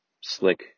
slick